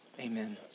amen